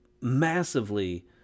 massively